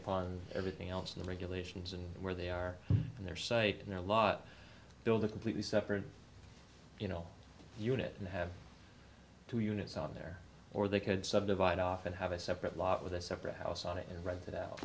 upon everything else in the regulations and where they are and their site and their lot build a completely separate you know unit and have two units out there or they could subdivide off and have a separate lot with a separate house on it read that out